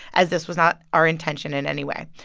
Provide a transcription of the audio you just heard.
as this was not our intention in any way.